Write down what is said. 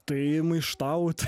tai maištaut